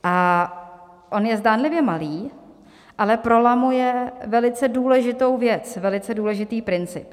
A on je zdánlivě malý, ale prolamuje velice důležitou věc, velice důležitý princip.